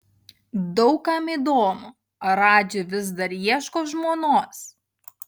daug kam įdomu ar radži vis dar ieško žmonos